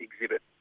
exhibit